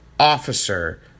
officer